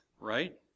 right